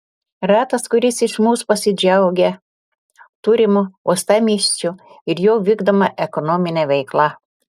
retas kuris iš mūsų pasidžiaugia turimu uostamiesčiu ir jo vykdoma ekonomine veikla